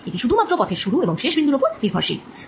এটি শুধু মাত্র পথের শুরু এবং শেষ বিন্দুর ওপর নির্ভরশীল